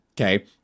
okay